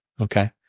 okay